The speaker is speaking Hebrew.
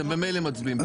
אתם ממילא מצביעים בעד.